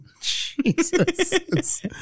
Jesus